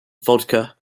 vodka